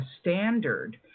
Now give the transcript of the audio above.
standard